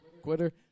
Quitter